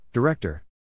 Director